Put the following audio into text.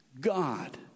God